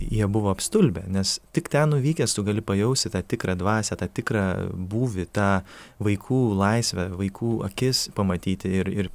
jie buvo apstulbę nes tik ten nuvykęs tu gali pajausti tą tikrą dvasią tą tikrą būvį tą vaikų laisvę vaikų akis pamatyti ir ir